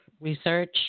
research